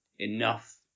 enough